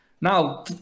Now